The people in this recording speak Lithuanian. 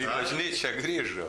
į bažnyčią grįžo